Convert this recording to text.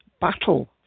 Battle